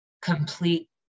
complete